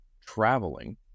traveling